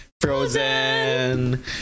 frozen